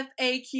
FAQ